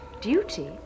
Duty